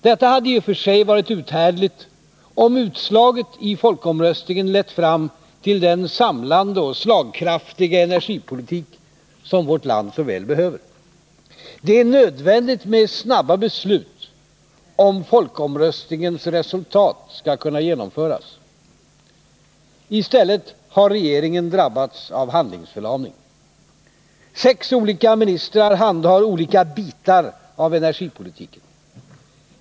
Detta hade i och för sig varit uthärdligt om utslaget i folkomröstningen lett fram till den samlande och slagkraftiga energipolitik som vårt land så väl behöver. Det är nödvändigt med snabba beslut, om folkomröstningens resultat skall kunna genomföras. I stället har regeringen drabbats av handlingsförlamning. Sex olika ministrar handhar olika bitar av energipolitiken.